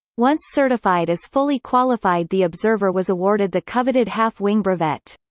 once certified as fully qualified the observer was awarded the coveted half-wing brevet.